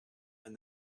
and